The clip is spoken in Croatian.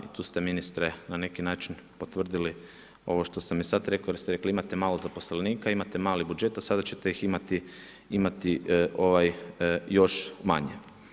I tu ste ministre na neki način potvrdili ovo što sam i sad rekao jer ste rekli imate malo zaposlenika, imate mali budžet a sada ćete ih imati još manje.